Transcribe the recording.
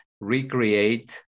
recreate